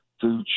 food